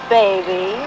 baby